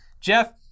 Jeff